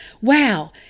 Wow